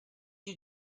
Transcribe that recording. you